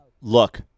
Look